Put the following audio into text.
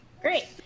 Great